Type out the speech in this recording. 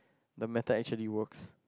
the method actually works